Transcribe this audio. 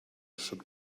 should